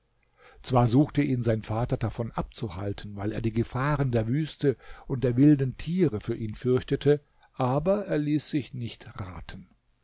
zwar suchte ihn sein vater davon abzuhalten weil er die gefahren der wüste und der wilden tiere für ihn fürchtete aber er ließ sich nicht raten